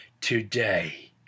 today